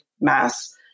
mass